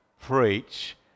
preach